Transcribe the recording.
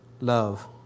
love